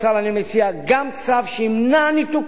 אני מציע גם צו שימנע ניתוקים,